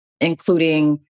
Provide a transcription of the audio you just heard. including